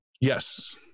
Yes